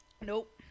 Nope